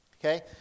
Okay